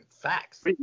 facts